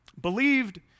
believed